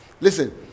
Listen